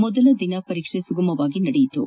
ಮೊದಲ ದಿನ ಪರೀಕ್ಷೆ ಸುಗಮವಾಗಿ ನಡೆಯಿತು